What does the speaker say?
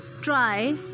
try